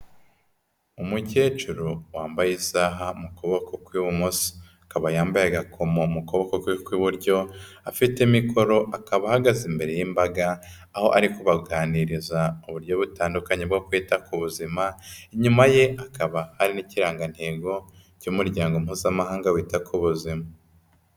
Umukecuru wambaye isaha mu kuboko kw'ibumoso. Akaba yambaye agakomo mu kuboko kwe kw'iburyo, afitemo ikoro, akaba ahagaze imbere y'imbaga, aho ari kubaganiriza uburyo butandukanye bwo kwita ku buzima, inyuma ye hakaba hari n'ikirangantego cy'umuryango mpuzamahanga wita ku buzima.